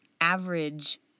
average